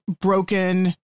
broken